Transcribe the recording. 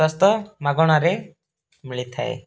ସ୍ୱାସ୍ଥ୍ୟ ମାଗଣାରେ ମିଳିଥାଏ